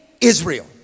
Israel